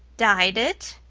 dyed it!